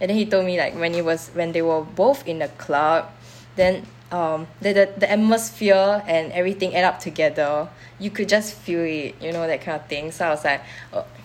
and then he told like when he was when they were both in the club then um then th~ th~ the atmosphere and everything add up together you could just feel it you know that kind of thing so I was like err